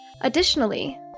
Additionally